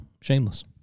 Shameless